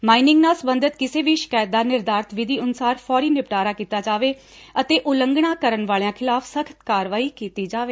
mining ਨਾਲ ਸਬੰਧਤ ਕਿਸੇ ਵੀ ਸ਼ਿਕਾਇਤ ਦਾ ਨਿਰਧਾਰਤ ਵਿਧੀ ਅਨੁਸਾਰ ਫੌਰੀ ਨਿਪਟਾਰਾ ਕੀਤਾ ਜਾਵੇ ਅਤੇ ਉਲੰਘਣਾ ਕਰਨ ਵਾਲਿਆਂ ਖਿਲਾਫ਼ ਸਖ਼ਤ ਕਾਰਵਾਈ ਕੀਤੀ ਜਾਵੇ